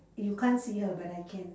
you can't see her but I can